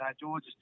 George